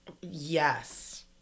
Yes